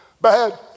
Bad